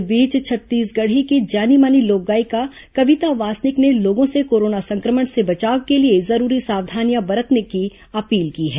इस बीच छत्तीसगढ़ी की जानी माने लोक गायिका कविता वासनिक ने लोगों से कोरोना संक्रमण से बचाव के लिए जरूरी सावधानियां बरतने की अपील की है